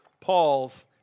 Paul's